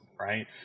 Right